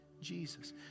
Jesus